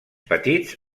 petits